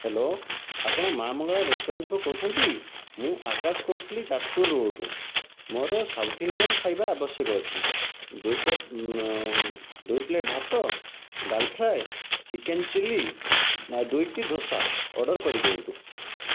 hello ଆପଣ ମା ମଙ୍ଗଳା ରେଷ୍ଟୁରାଣ୍ଟରୁ କହୁଛନ୍ତି ମୁଁ ଆକାଶ କହୁଥିଲି ଯାଜପୁର ରୋଡ଼ରୁ ମୋ'ର ସାଉଥ ଇଣ୍ଡିଆନ ଖାଇବା ଆବଶ୍ୟକ ଅଛି ଦୁଇ ପଟ୍ ଦୁଇ ପ୍ଲେଟ ଭାତ ଡାଲ ଫ୍ରାଏ ଚିକେନ ଚିଲ୍ଲୀ ଆଉ ଦୁଇଟି ଦୋସା ଅର୍ଡ଼ର କରିଦିଅନ୍ତୁ